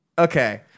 Okay